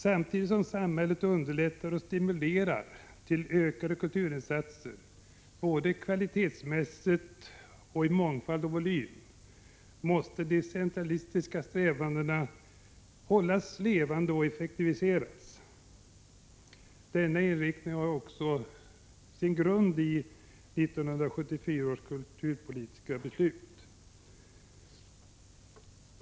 Samtidigt som samhället underlättar och stimulerar till ökade kulturinsatser — både kvalitetsmässigt och i fråga om mångfald och volym — måste de decentralistiska strävandena hållas levande och effektiviseras. Denna inriktning har också en bra grund i 1974 års kulturpolitiska beslut.